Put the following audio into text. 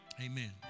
Amen